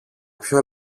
ποιο